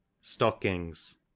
stockings